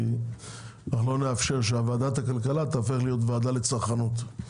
אנחנו לא נאפשר שוועדת הכלכלה תיהפך להיות הוועדה לצרכנות.